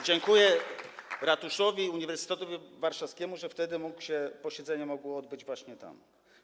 Dziękuję ratuszowi, Uniwersytetowi Warszawskiemu, że wtedy posiedzenie mogło odbyć się właśnie tam.